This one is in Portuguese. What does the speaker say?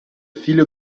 filha